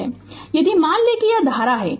Refer Slide Time 2159 यदि मान लें कि यह आधार है